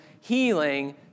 healing